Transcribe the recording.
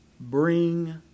bring